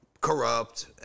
corrupt